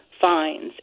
fines